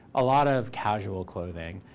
a lot of casual clothing,